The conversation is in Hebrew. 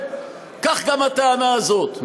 כך גם הטענה הזאת,